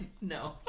No